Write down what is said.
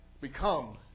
Become